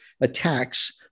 attacks